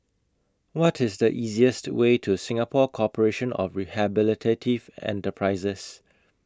What IS The easiest Way to Singapore Corporation of Rehabilitative Enterprises